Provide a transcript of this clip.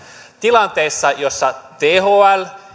tilanteessa jossa thl